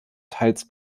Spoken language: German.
teils